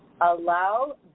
Allow